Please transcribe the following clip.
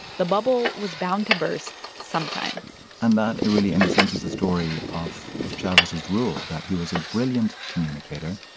the bubble was bound to burst sometime and that really in a sense is the story of of chavez's rule, that he was a brilliant communicator,